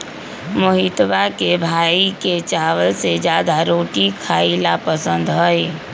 मोहितवा के भाई के चावल से ज्यादा रोटी खाई ला पसंद हई